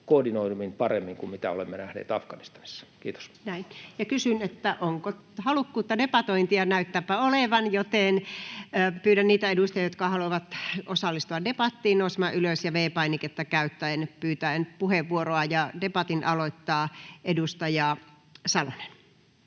Inherent Resolve, OIR) Time: 14:56 Content: Näin. — Kysyn, onko halukkuutta debatointiin, ja näyttääpä olevan, joten pyydän niitä edustajia, jotka haluavat osallistua debattiin, nousemaan ylös ja V-painiketta käyttäen pyytävän puheenvuoroa. — Debatin aloittaa edustaja Salonen.